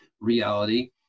reality